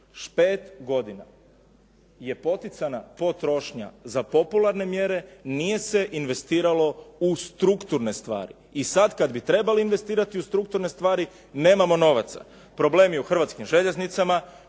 godina je poticana potrošnja za popularne mjere, nije se investiralo u strukturne stvari i sad kad bi trebali investirati u strukturne stvari nemamo novaca. Problem je u Hrvatskim željeznicama,